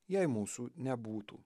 jei mūsų nebūtų